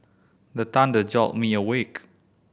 the thunder jolt me awake